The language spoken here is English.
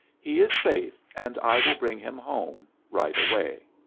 he is safe, and i will bring him home right away.